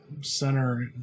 Center